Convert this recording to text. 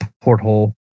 porthole